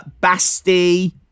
Basti